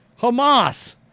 Hamas